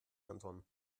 anton